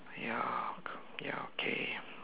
ya ya okay